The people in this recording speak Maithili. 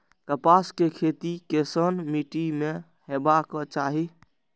कपास के खेती केसन मीट्टी में हेबाक चाही?